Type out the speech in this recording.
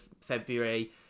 February